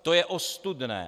To je ostudné!